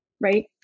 right